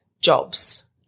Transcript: jobs